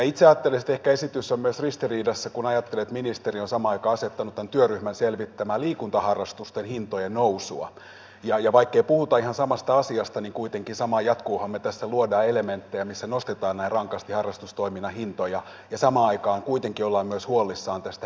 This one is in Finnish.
itse ajattelen että ehkä esitys on myös ristiriidassa kun ajattelee että ministeri on samaan aikaan asettanut tämän työryhmän selvittämään liikuntaharrastusten hintojen nousua ja vaikkei puhuta ihan samasta asiasta niin kuitenkin samahan jatkuu me tässä luomme elementtejä missä nostetaan näin rankasti harrastustoiminnan hintoja ja samaan aikaan kuitenkin olemme myös huolissamme tästä hinnan noususta